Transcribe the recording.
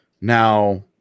Now